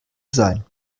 sein